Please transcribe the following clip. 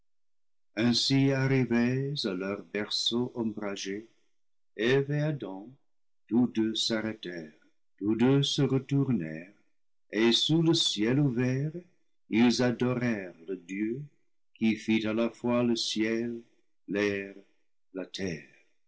ainsi arrivés à leur berceau ombragé eve et adam tous deux s'arrêtèrent tous deux se retournèrent et sous le ciel ouvert ils adorèrent le dieu qui fit à la fois le ciel l'air la terre